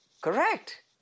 Correct